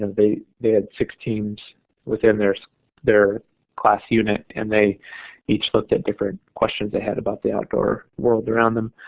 and they they had six teams within their so their class unit and they each looked at different questions ahead about the outdoor world around them.